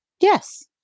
Yes